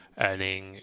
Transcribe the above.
earning